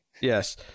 yes